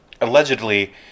allegedly